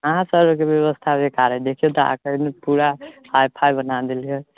कहाँ सड़कके बेबस्था बेकार हइ देखिऔ तऽ आ करिके पूरा हाइफाइ बना देलकै